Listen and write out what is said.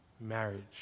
marriage